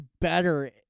better